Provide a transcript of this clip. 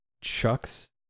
Chuck's